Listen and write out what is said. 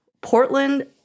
Portland